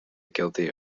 guilty